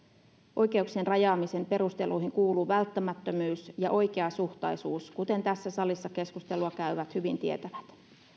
oikeuksien rajaamisen perusteluihin kuuluu välttämättömyys ja oikeasuhtaisuus kuten tässä salissa keskustelua käyvät hyvin tietävät